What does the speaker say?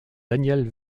daniel